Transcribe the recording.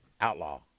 Outlaw